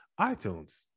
iTunes